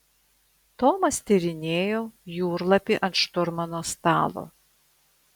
tomas tyrinėjo jūrlapį ant šturmano stalo